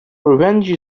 revenge